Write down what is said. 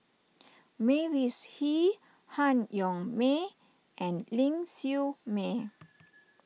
Mavis Hee Han Yong May and Ling Siew May